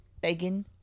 Begging